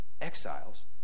exiles